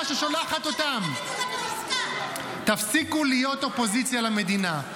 במלחמה, תפסיקו להיות אופוזיציה למדינה.